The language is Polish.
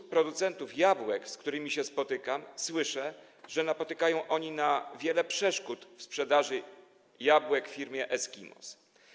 Od producentów jabłek, z którymi się spotykam, słyszę, że napotykają oni wiele przeszkód w sprzedaży jabłek firmie Eskimos.